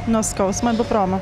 nuo skausmo ibupromą